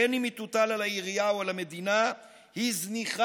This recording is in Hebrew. בין שתוטל על העירייה ובין שעל המדינה, היא זניחה.